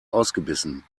ausgebissen